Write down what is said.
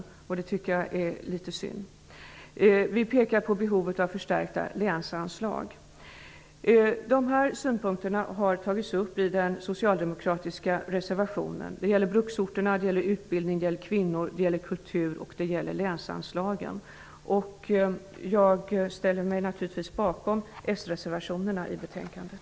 Det är litet synd, tycker jag. Vi framhåller också behovet av förstärkta länsanslag. Dessa synpunkter har tagits upp i den socialdemokratiska reservationen. Det gäller bruksorterna, utbildning, kvinnor, kultur och länsanslagen. Jag ställer mig naturligtvis bakom de s-reservationer som är fogade till betänkandet.